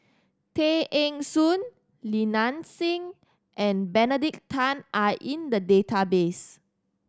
Tay Eng Soon Li Nanxing and Benedict Tan are in the database